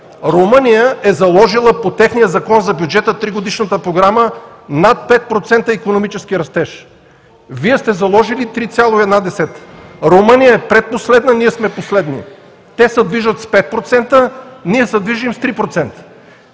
Румъния е заложила по техния закон за бюджета – тригодишната програма, над 5% икономически растеж. Вие сте заложили 3,1%. Румъния е предпоследна, ние сме последни. Те се движат с 5%, а ние се движим с 3%.